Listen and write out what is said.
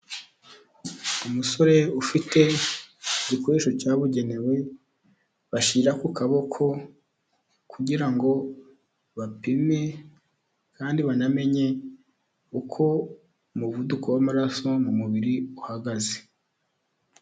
Umusore ufite igikoresho cyabugenewe, bashira ku kaboko kugira ngo bapime, kandi banamenye uko umuvuduko w'amaraso mu mubiri uhagaze.